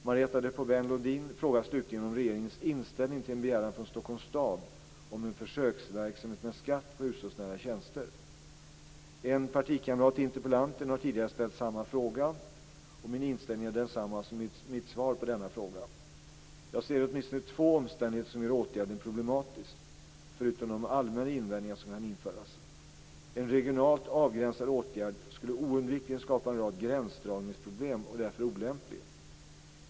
Marietta de Pourbaix-Lundin frågar slutligen om regeringens inställning till en begäran från Stockholms stad om en försöksverksamhet med skatt på hushållsnära tjänster. En partikamrat till interpellanten har tidigare ställt samma fråga och min inställning är densamma som i mitt svar på denna fråga. Jag ser åtminstone två omständigheter som gör åtgärden problematisk - förutom de allmänna invändningar som kan anföras. En regionalt avgränsad åtgärd skulle oundvikligen skapa en rad gränsdragningsproblem och är därför olämplig.